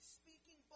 speaking